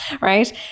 right